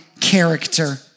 character